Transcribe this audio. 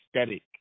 aesthetic